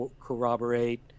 corroborate